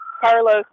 Carlos